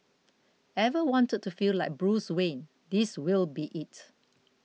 ever wanted to feel like Bruce Wayne this will be it